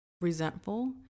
resentful